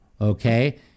okay